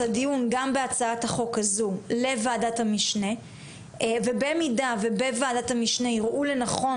הדיון גם בהצעת החוק הזו לוועדת המשנה ובמידה ובוועדת המשנה ייראו לנכון,